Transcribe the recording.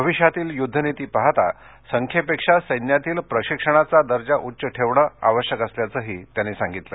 भविष्यातील युद्धनीती पाहता संख्येपेक्षा सैन्यातील प्रशिक्षणाचा दर्जा उच्च ठेवणं आवश्यक असल्याचंही ते यावेळी म्हणाले